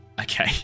okay